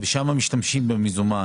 משתמשים במזומן